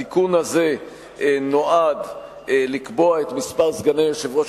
התיקון הזה נועד לקבוע את מספר סגני יושב-ראש